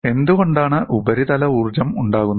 എന്തുകൊണ്ടാണ് ഉപരിതല ഊർജ്ജം ഉണ്ടാകുന്നത്